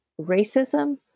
racism